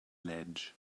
ledge